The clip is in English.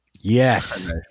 Yes